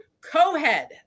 co-head